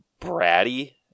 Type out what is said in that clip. bratty